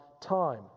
time